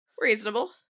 reasonable